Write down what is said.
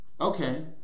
okay